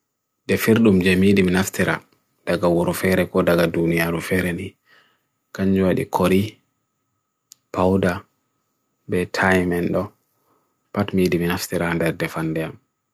Nde ewi, ko hayreji ɗiɗi e wude tawa, ko ndiyanji, hawaaji ko aannda. Hayreji toɓe ngariima mboyata, ɗo daani.